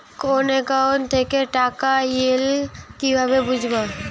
কোন একাউন্ট থেকে টাকা এল কিভাবে বুঝব?